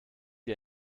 ihr